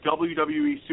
WWE